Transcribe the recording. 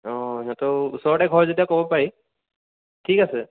অঁ সিহঁতৰো ওচৰতে ঘৰ যেতিয়া ক'ব পাৰি ঠিক আছে